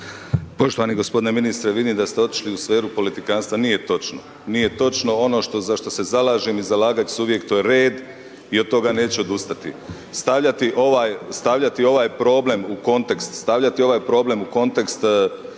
Poštovani g. ministre, vidim da ste otišli u sferu politikantstava nije točno, nije točno, ono za što se zalažem i zalagati ću se uvijek, to je red i od toga neću odustati. Stavljati ovaj problem u k0ontekst,